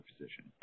position